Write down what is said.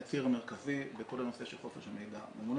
הציר המרכזי בכל הנושא של חופש המידע.